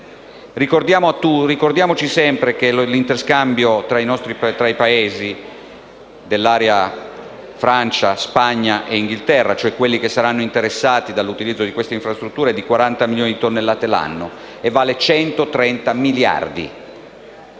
Ricordiamoci sempre che l'interscambio tra i Paesi dell'area (Francia, Spagna e Inghilterra), cioè quelli che saranno interessati dall'utilizzo di queste infrastrutture, è di 40 milioni di tonnellate l'anno e vale 130 miliardi.